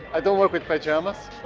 i don't work with pajamas,